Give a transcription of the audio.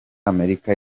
amerika